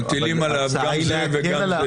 מטילים עליו גם את זה וגם את זה.